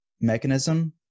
mechanism